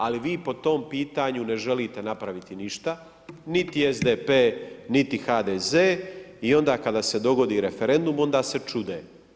Ali vi po tom pitanju ne želite napraviti ništa niti SDP niti HDZ i onda kad se dogodi referendum, onda se čude.